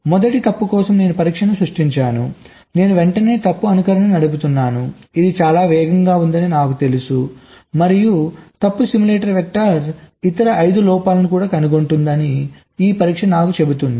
మొదటి తప్పు కోసం నేను పరీక్షను సృష్టించాను నేను వెంటనే తప్పు అనుకరణను నడుపుతున్నాను ఇది చాలా వేగంగా ఉందని నాకు తెలుసు మరియు తప్పు సిమ్యులేటర్ వెక్టర్ ఇతర 5 లోపాలను కూడా కనుగొంటుంది అని ఈ పరీక్ష నాకు చెబుతుంది